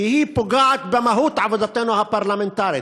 כי היא פוגעת במהות עבודתנו הפרלמנטרית.